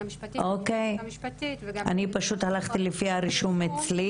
נציג של מדור אכיפה דיגיטלית בחטיבת חקירות.